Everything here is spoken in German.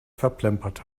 verplempert